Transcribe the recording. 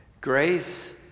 Grace